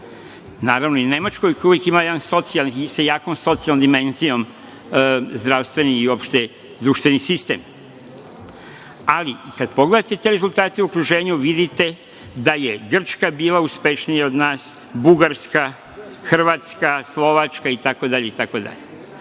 Naravno, i Nemačkoj, koja oduvek ima sa jakom socijalnom dimenzijom zdravstveni i uopšte društveni sistem. Ali, kada pogledate te rezultate u okruženju, vidite da je Grčka bila uspešnija od nas, Bugarska, Hrvatska, Slovačka, itd,